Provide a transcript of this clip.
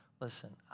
Listen